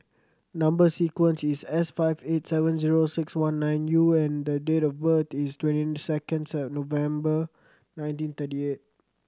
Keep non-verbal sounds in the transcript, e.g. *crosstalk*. number sequence is S five eight seven zero six one nine U and the date of birth is twenty seconds *unintelligible* November nineteen thirty eight